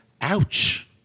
Ouch